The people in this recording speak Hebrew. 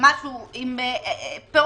משהו עם פירוט,